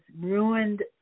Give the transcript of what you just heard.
ruined